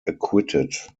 acquitted